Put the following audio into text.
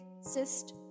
cyst